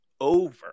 over